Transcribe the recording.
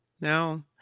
No